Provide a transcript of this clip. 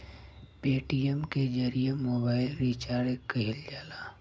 Paytm के जरिए mobile recharge किहल जाला